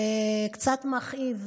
וקצת מכאיב.